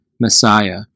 Messiah